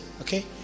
Okay